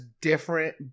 different